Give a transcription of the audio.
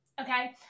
okay